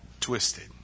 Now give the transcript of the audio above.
twisted